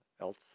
else